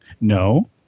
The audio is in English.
No